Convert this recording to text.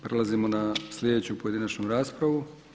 Prelazimo na sljedeću pojedinačnu raspravu.